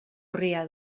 urria